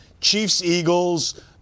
Chiefs-Eagles